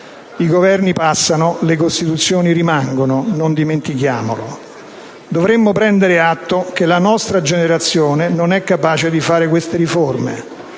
I Governi passano, le Costituzioni rimangono, non dimentichiamolo. Dovremmo prendere atto che la nostra generazione non è capace di fare queste riforme,